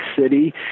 city